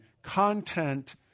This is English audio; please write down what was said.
Content